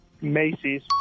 Macy's